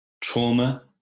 trauma